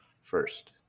first